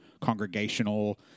congregational